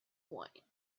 wind